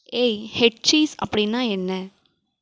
ஏய் head cheese அப்படின்னா என்ன